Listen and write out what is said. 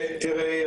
תראו,